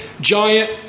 giant